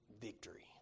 victory